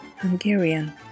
Hungarian